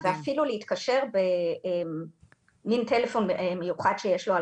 ואפילו להתקשר במין טלפון מיוחד שיש לו על